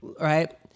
Right